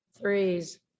threes